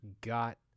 got